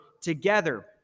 together